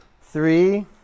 three